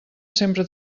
sempre